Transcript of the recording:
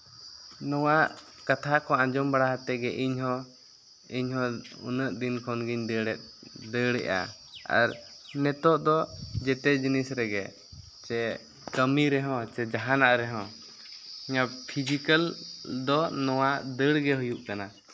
ᱱᱚᱣᱟ ᱠᱟᱛᱷᱟ ᱠᱚ ᱟᱸᱡᱚᱢ ᱵᱟᱲᱟ ᱠᱟᱛᱮ ᱜᱮ ᱤᱧ ᱦᱚᱸ ᱤᱧ ᱦᱚᱸ ᱩᱱᱟᱹᱜ ᱫᱤᱱ ᱠᱷᱚᱱ ᱜᱤᱧ ᱫᱟᱹᱲᱮᱫ ᱫᱟᱹᱲᱮᱜᱼᱟ ᱟᱨ ᱱᱤᱛᱳᱜ ᱫᱚ ᱡᱮᱛᱮ ᱡᱤᱱᱤᱥ ᱨᱮᱜᱮ ᱪᱮ ᱠᱟᱹᱢᱤ ᱨᱮᱦᱚᱸ ᱪᱮ ᱡᱟᱦᱟᱱᱟᱜ ᱨᱮᱦᱚᱸ ᱤᱧᱟᱹᱜ ᱯᱷᱤᱡᱤᱠᱮᱹᱞ ᱫᱚ ᱱᱚᱣᱟ ᱫᱟᱹᱲ ᱜᱮ ᱦᱩᱭᱩᱜ ᱠᱟᱱᱟ